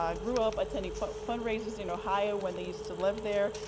um grew up attending fundraisers in ohio when they used to live there.